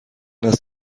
است